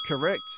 correct